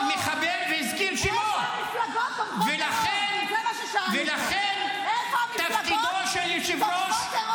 שאלנו: איפה המפלגות תומכות הטרור?